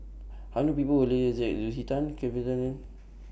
I know People Lucy Tan Kelvin Tan and